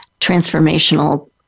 transformational